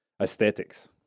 aesthetics